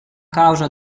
causa